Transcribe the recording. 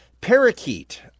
Parakeet